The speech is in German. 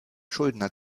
schuldner